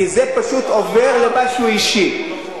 כי זה פשוט עובר למשהו אישי,